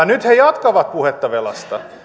nyt he jatkavat puhetta velasta